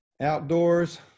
Outdoors